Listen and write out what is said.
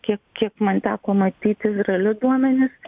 kiek kiek man teko matyti realius duomenis